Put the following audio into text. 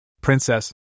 Princess